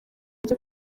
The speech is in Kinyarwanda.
ryo